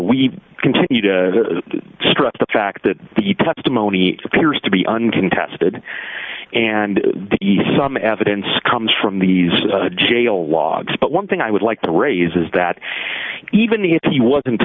we continue to stress the fact that the testimony appears to be uncontested and the some evidence comes from these jail logs but one thing i would like to raise is that even if he wasn't